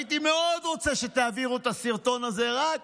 הייתי מאוד רוצה שתעבירו את הסרטון הזה רק